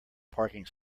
parking